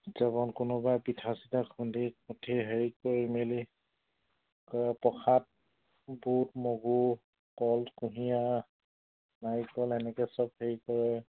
উদযাপন কোনোবাই পিঠা চিঠা খুন্দি হেৰি কৰি মেলি প্ৰসাদ বুট মগু কল কুঁহিয়াৰ নাৰিকল এনেকৈ সব হেৰি কৰে